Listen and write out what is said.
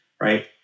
right